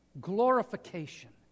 Glorification